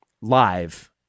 live